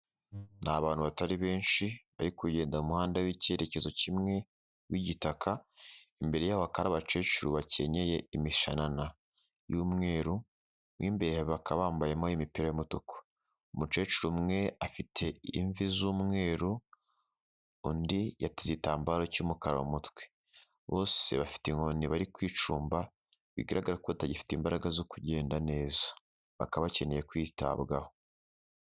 Ni abantu batari benshi bari kugenda mu muhanda w'icyerekezo kimwe w'igitaka, imbere yabo hakaba hari abakecuru bakenyeye imishanana y'umweru, mu imbere bakaba bambayemo imipira y'umutuku. Umukecuru umwe afite imvi z'umweru undi yateze igitambaro cy'umukara mu mutwe bose bafite inkoni bari kwicumba, bigaragara ko batagifite imbaraga zo kugenda neza bakaba bakeneye kwitabwaho.